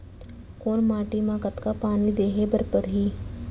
कोन माटी म कतका पानी देहे बर परहि?